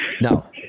No